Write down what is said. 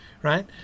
Right